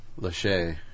Lachey